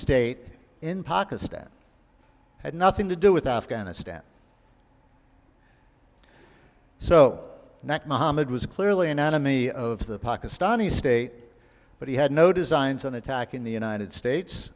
state in pakistan had nothing to do with afghanistan so now mohammed was clearly an enemy of the pakistani state but he had no designs on attacking the united states